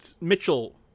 Mitchell